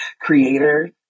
creator-